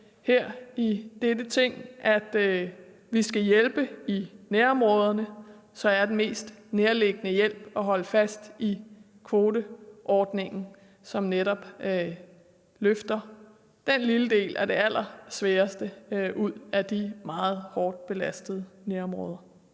der mange der gør – at vi skal hjælpe i nærområderne, så må man sige, at den mest nærliggende form for hjælp er at holde fast i kvoteordningen, som netop løfter den lille del, som har det allersværest, ud af de meget hårdt belastede nærområder.